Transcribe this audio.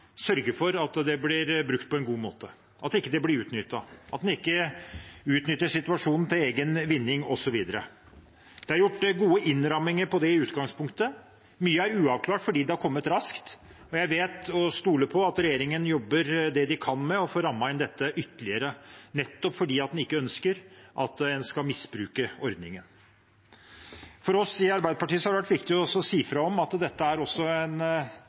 sørger for at de blir brukt på en god måte, at det ikke blir utnyttet, at en ikke utnytter situasjonen til egen vinning, osv. Det er gjort gode innramminger på det utgangspunktet. Mye er uavklart fordi det er kommet raskt, og jeg stoler på at regjeringen jobber alt de kan med å få rammet inn dette ytterligere, nettopp fordi en ikke ønsker at noen skal misbruke ordningen. For oss i Arbeiderpartiet har det vært viktig å si fra om at dette er en situasjon hvor alle må bidra. Vi har faktisk forventninger om at bedriftseiere også